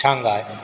Shanghai